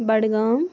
Budgam